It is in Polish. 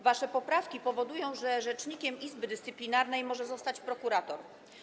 Wasze poprawki powodują, że rzecznikiem Izby Dyscyplinarnej może zostać prokurator.